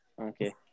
okay